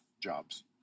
jobs